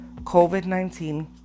COVID-19